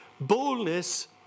Boldness